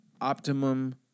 optimum